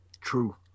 true